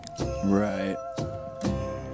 Right